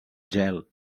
gel